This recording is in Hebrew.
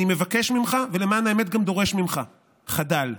אני מבקש ממך, ולמען האמת גם דורש ממך: חדל.